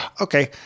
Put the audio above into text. Okay